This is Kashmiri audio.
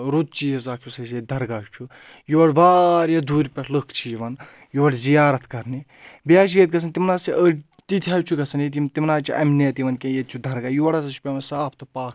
رُت چیٖز اَکھ یُس اَسہِ ییٚتہِ درگاہ چھُ یور واریاہ دوٗرِ پؠٹھ لُکھ چھِ یِوان یورٕ زیارت کَرنہِ بیٚیہِ حظ چھِ ییٚتہِ گژھان تِم نہ حظ چھِ أڑۍ تِتہِ حظ چھُ گژھَان ییٚتہِ یِم تِم نہ حظ چھِ اَمہِ نِیَت یِوان کینٛہہ ییٚتہِ چھُ دَرگاہ یور ہَسا چھُ پؠوان صاف تہٕ پاھ یِوان